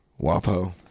wapo